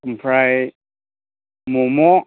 ओमफ्राय म'म'